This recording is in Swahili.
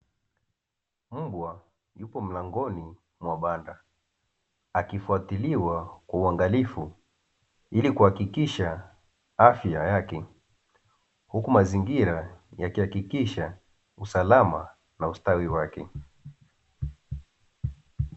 Mbwa yuko mlangoni mwa banda, akifuatiliwa kwa uangalifu ili kuhakikisha afya yake. Huku mazingira yakihakikisha usalama na ustawi wake.